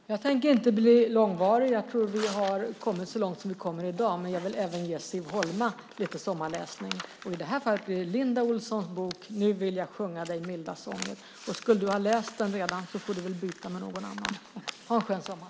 Herr talman! Jag tänker inte bli långvarig - jag tror att vi har kommit så långt som vi kan komma i dag. Jag vill även ge Siv Holma lite sommarläsning, och det är Linda Olssons bok Nu vill jag sjunga dig milda sånger . Om du skulle ha läst den redan får du väl byta med någon annan. Ha en skön sommar!